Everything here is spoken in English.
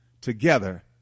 together